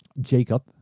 Jacob